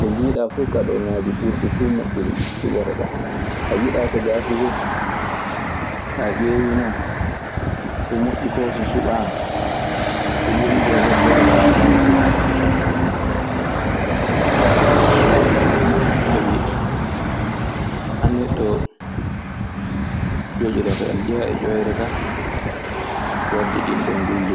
"Ne njiiɗaa fuu, kadoŋaaji ɓurɗii fuu moƴƴude ɗii cuɓotoɗaa. A yiɗaa ko